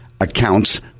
accounts